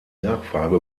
nachfrage